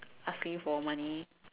asking for money